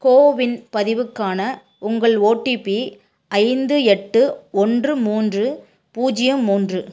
CoWIN பதிவுக்கான உங்கள் OTP ஐந்து எட்டு ஒன்று மூன்று பூஜ்ஜியம் மூன்று